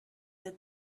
that